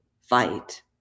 fight